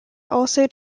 also